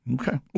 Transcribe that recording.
Okay